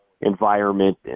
environment